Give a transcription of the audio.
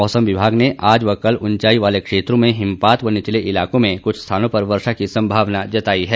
मौसम विभाग ने आज व कल उंचाई वाले क्षेत्रों में हिमपात व निचले इलाकों में कुछ स्थानों पर वर्षा की संभावना जताई है